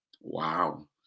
Wow